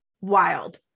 Wild